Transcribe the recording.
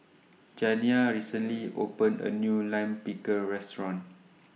Janiyah recently opened A New Lime Pickle Restaurant